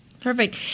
Perfect